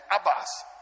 Abbas